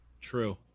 true